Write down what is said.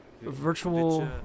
Virtual